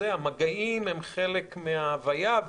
המגעים הם חלק מההוויה.